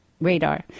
radar